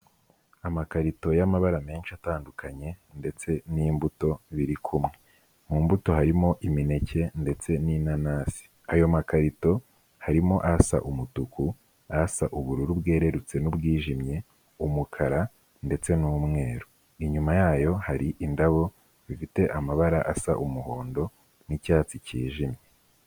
Amakarito y'amabara menshi atandukanye ndetse n'imbuto birikumwe, mu mbuto harimo imineke ndetse n'inanasi, ayo makarito harimo asa umutuku, asa ubururu bwererutse n'ubwijimye, umukara ndetse n'umweru. Inyuma yayo hari indabo bifite amabara asa umuhondo n'icyatsi cyijimye.